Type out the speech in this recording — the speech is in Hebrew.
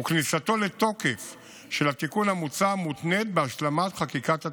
וכניסתו לתוקף של התיקון המוצע מותנית בהשלמת חקיקת התקציב.